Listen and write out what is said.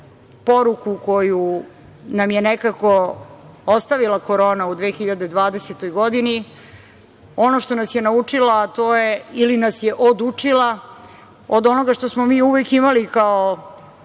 poruku koju nam je nekako ostavila korona u 2020. godini. Ono što nas je naučila, ili nas je odučila od onoga što smo mi uvek imali kao